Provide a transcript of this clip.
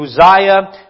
Uzziah